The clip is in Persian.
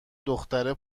دختره